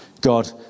God